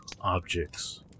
objects